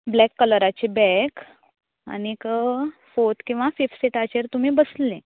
black कलराचें bag आनीक fourth किंवा फिफ्त सिटाचेर तुमी बसलली